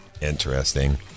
interesting